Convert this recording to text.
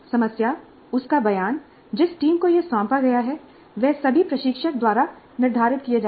समस्या उसका बयान जिस टीम को यह सौंपा गया है वे सभी प्रशिक्षक द्वारा निर्धारित किए जाते हैं